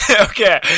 Okay